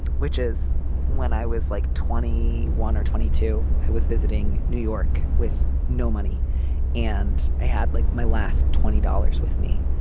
which is when i was like twenty one or twenty two. i was visiting new york with no money and i had like my last twenty dollars with me.